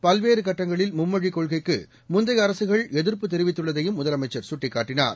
பல்வேறு கட்டங்களில் மும்மொழி கொள்கைக்கு முந்தைய அரசுகள் எதிர்ப்பு தெரிவித்துள்ளதையும் முதலமைச்சர் சுட்டிக்காட்டினார்